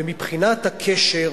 ומבחינת הקשר,